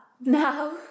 now